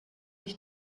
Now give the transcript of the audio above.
ich